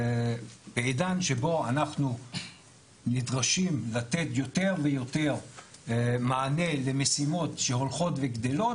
בעידן שבו אנחנו נדרשים לתת יותר ויותר מענה למשימות שהולכות וגדלות,